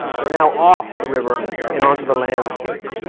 they're now off the river and onto the landscape.